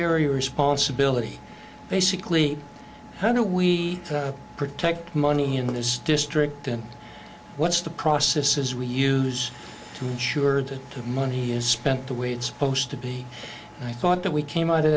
shiri responsibility basically how do we protect money in this district and what's the process is we use to ensure that the money is spent the way it's supposed to be and i thought that we came out of